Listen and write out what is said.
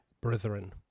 brethren